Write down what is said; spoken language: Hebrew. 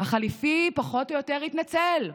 החליפי פחות או יותר התנצל.